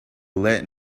lend